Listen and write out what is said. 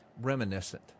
reminiscent